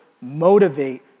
motivate